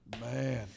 Man